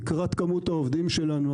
תקרת מספר העובדים שלנו,